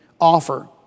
offer